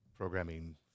programming